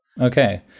Okay